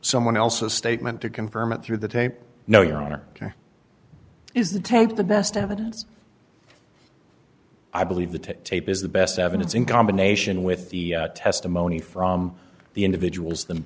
someone else's statement to confirm it through the tape no your honor is the take the best evidence i believe the tape is the best evidence in combination with the testimony from the individuals them